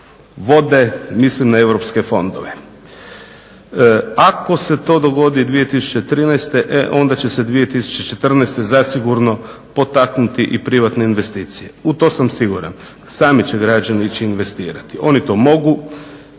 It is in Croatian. vode, mislim na europske fondove. Ako se to dogodi 2013. e onda će se 2014. zasigurno potaknuti i privatne investicije u to sam siguran. Sami će građani ići investirati. Oni to mogu.